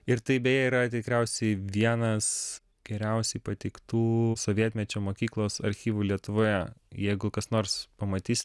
ir tai beje yra tikriausiai vienas geriausiai pateiktų sovietmečio mokyklos archyvų lietuvoje jeigu kas nors pamatys